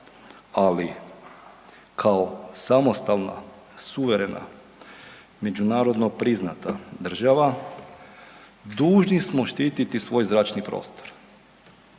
ali kao samostalna, suverena, međunarodno priznata država dužni smo štititi svoj zračni prostor,